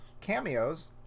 cameos